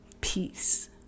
peace